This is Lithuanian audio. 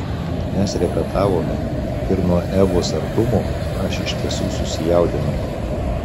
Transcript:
mes repetavome ir nuo evos artumo aš iš tiesų susijaudinau